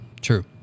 True